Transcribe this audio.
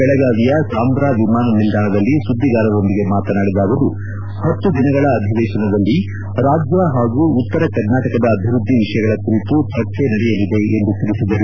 ಬೆಳಗಾವಿಯ ಸಾಂಬ್ರಾ ವಿಮಾನ ನಿಲ್ದಾಣದಲ್ಲಿ ಸುದ್ದಿಗಾರರೊಂದಿಗೆ ಮಾತನಾಡಿದ ಅವರು ಹತ್ತು ದಿನಗಳ ಅಧಿವೇಶನದಲ್ಲಿ ರಾಜ್ಯ ಹಾಗೂ ಉತ್ತರ ಕರ್ನಾಟಕದ ಅಭಿವ್ದದ್ದಿ ವಿಷಯಗಳ ಕುರಿತು ಚರ್ಚೆ ನಡೆಯಲಿದೆ ಎಂದು ತಿಳಿಸಿದರು